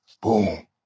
boom